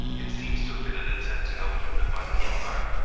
it seems to have been an attempt to help unify the empire,